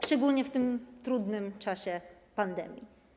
Szczególnie w tym trudnym czasie pandemii.